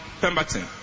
Pemberton